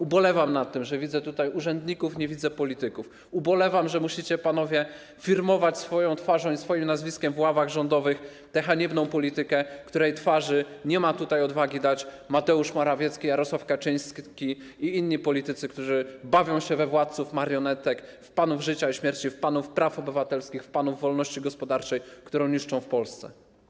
Ubolewam nad tym, że widzę tutaj urzędników, nie widzę polityków, ubolewam, że musicie panowie firmować swoimi twarzami i swoimi nazwiskami, siedząc w ławach rządowych, tę haniebną politykę, której twarzy nie mają tutaj odwagi dać Mateusz Morawiecki, Jarosław Kaczyński ani inni politycy, którzy bawią się we władców marionetek, w panów życia i śmierci, w panów praw obywatelskich, w panów wolności gospodarczej, którą niszczą w Polsce.